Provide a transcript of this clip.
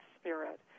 Spirit